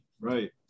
Right